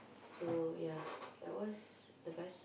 so ya that was the best